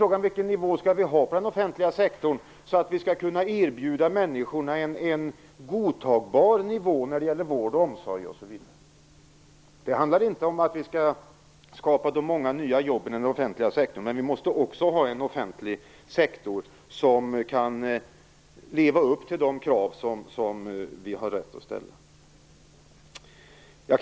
Frågan är vilken nivå vi skall ha på den offentliga sektorn för att vi skall kunna erbjuda människor en godtagbar nivå när det gäller vård och omsorg osv. Det handlar inte om att vi skall skapa de många nya jobben i den offentliga sektorn, men vi måste ha en offentlig sektor som kan leva upp till de krav som vi har rätt att ställa.